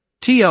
TR